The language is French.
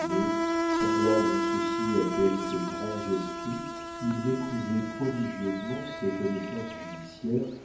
mais semblable en ceci à quelques grands esprits il méprisait prodigieusement ses connaissances judiciaires